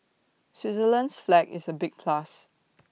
Switzerland's flag is A big plus